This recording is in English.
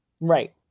Right